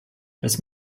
das